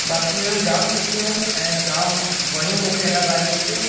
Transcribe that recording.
बाक़ी शयूं जाम सुठियूं आहिनि ऐं जाम वणियूं मूंखे इन ॻाल्हियुनि ते